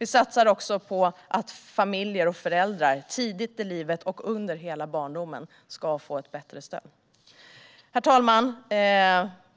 Vi satsar också på att familjer och föräldrar ska få ett bättre stöd tidigt i barnens liv och under hela barndomen. Herr talman!